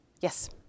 yes